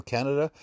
Canada